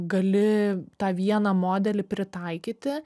gali tą vieną modelį pritaikyti